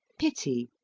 pity,